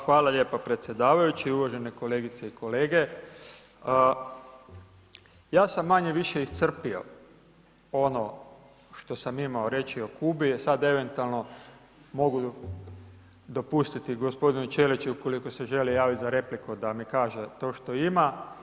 Hvala lijepa predsjedavajući, uvažene kolegice i kolege, ja sam manje-više iscrpio ono što sam imao reći o Kubi, e sad eventualno mogu dopustiti gospodinu Ćeliću ukoliko se želi javiti za repliku da mi kaže to što ima.